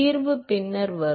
தீர்வு பின்னர் வரும்